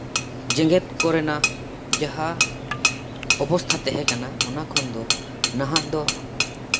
ᱡᱮᱜᱮᱫ ᱠᱚ ᱨᱮᱱᱟᱜ ᱡᱟᱦᱟᱸ ᱚᱵᱚᱥᱛᱷᱟ ᱛᱟᱦᱮᱸ ᱠᱟᱱᱟ ᱚᱱᱟ ᱠᱷᱚᱱ ᱫᱚ ᱱᱟᱦᱟᱜ ᱫᱚ